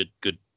good